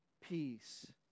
peace